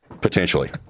Potentially